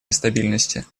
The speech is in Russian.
нестабильности